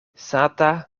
sata